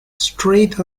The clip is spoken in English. straight